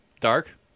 Dark